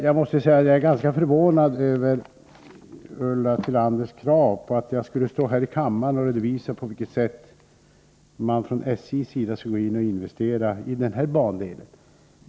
Fru talman! Jag är ganska förvånad över Ulla Tillanders krav på att jag skulle stå här i kammaren och undervisa SJ om på vilket sätt man från SJ:s sida skall investera i den här bandelen.